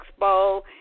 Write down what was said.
Expo